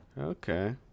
Okay